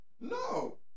No